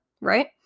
right